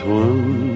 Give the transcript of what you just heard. one